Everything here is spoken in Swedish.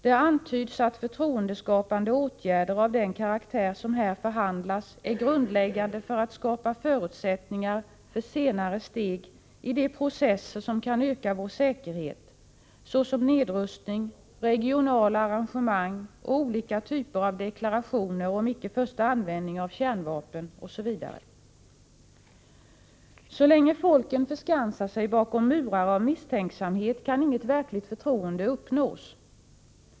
Det antyds att förtroendeskapande åtgärder av den karaktär, som det förhandlas om här, är grundläggande för att skapa förutsättningar för senare steg i de processer, som kan öka vår säkerhet, såsom nedrustning, regionala arrangemang och olika typer av deklarationer om icke-förstaanvändning av kärnvapen. Så länge folken förskansar sig bakom murar av misstänksamhet kan inget verkligt förtroende uppnås.